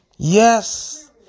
Yes